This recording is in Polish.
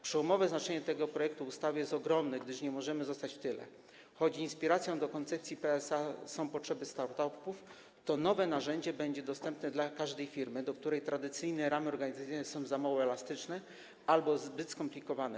Przełomowe znaczenie tego projektu ustawy jest ogromne, gdyż nie możemy zostać w tyle, choć inspiracją do koncepcji PSA są potrzeby start-upów, to nowe narzędzie będzie dostępne dla każdej firmy, dla której tradycyjne ramy organizacyjne są za mało elastyczne albo zbyt skomplikowane.